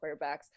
quarterbacks